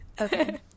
okay